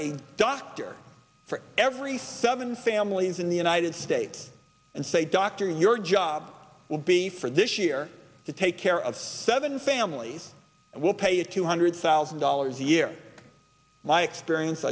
a doctor for every seven families in the united states and say doctor your job will be for this year to take care of seven families will pay you two hundred thousand dollars a year my experience